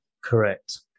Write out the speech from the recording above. Correct